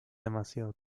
demasiado